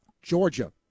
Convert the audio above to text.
Georgia